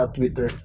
Twitter